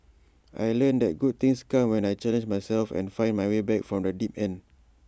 I learnt that good things come when I challenge myself and find my way back from the deep end